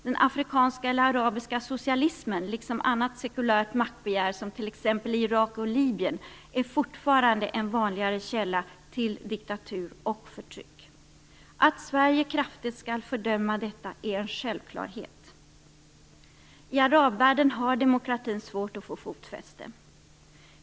Den afrikanska eller arabiska socialismen, liksom annat sekulärt maktbegär, som t.ex. i Irak och Libyen, är fortfarande en vanligare källa till diktatur och förtryck. Att Sverige kraftigt skall fördöma detta är en självklarhet. I arabvärlden har demokratin svårt att få fotfäste.